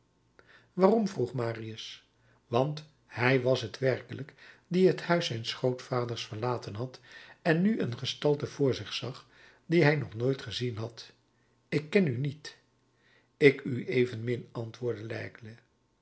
waarom vroeg marius want hij was t werkelijk die het huis zijns grootvaders verlaten had en nu een gestalte voor zich zag die hij nog nooit gezien had ik ken u niet ik u evenmin antwoordde